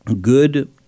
good